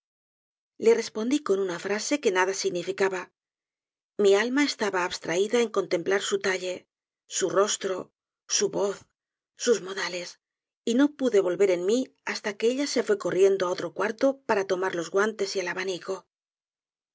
le respondí con una frase que nada significaba mí alma estaba abstraída en contemplar su talle su rostro su voz sus modales y no pude volver en mí hasta que ella se fue corriendo á otro cuarto para tomar los guantes y el abanico